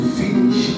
finish